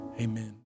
Amen